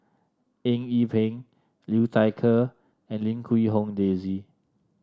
Eng Yee Peng Liu Thai Ker and Lim Quee Hong Daisy